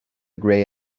grey